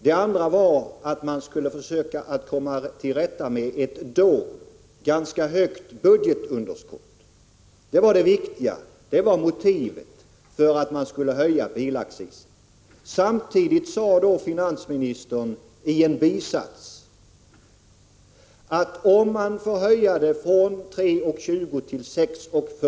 Det andra syftet var att man skulle försöka komma till rätta med ett då ganska högt budgetunderskott. Detta var det viktiga. Det var motivet för att man skulle höja bilaccisen. Samtidigt sade finansministern i en bisats att om man får höja bilaccisen från 3:20 till 6:40 kr.